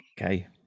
Okay